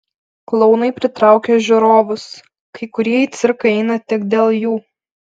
klounai pritraukia žiūrovus kai kurie į cirką eina tik dėl jų